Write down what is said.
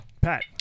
Pat